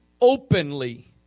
openly